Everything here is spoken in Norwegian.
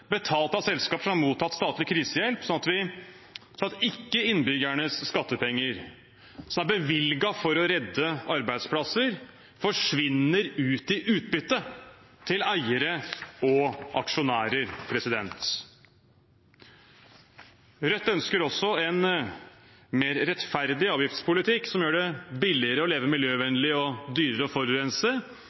betalt av selskaper som har mottatt statlig krisehjelp, sånn at ikke innbyggernes skattepenger som er bevilget for å redde arbeidsplasser, forsvinner ut i utbytte til eiere og aksjonærer. Rødt ønsker også en mer rettferdig avgiftspolitikk som gjør det billigere å leve miljøvennlig og dyrere å forurense,